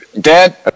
Dad